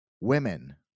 women